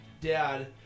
dad